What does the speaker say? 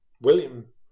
William